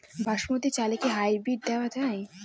বাসমতী চালে কি হাইব্রিড দেওয়া য়ায়?